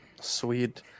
sweet